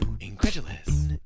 Incredulous